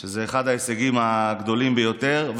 שזה אחד ההישגים הגדולים ביותר,